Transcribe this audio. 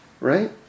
right